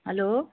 hello